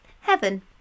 heaven